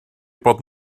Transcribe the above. bod